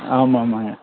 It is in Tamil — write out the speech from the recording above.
ஆமாம் ஆமாங்க